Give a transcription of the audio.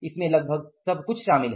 इसमें लगभग सब कुछ शामिल है